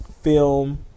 film